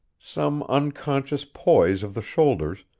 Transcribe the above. some unconscious poise of the shoulders,